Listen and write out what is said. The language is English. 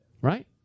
Right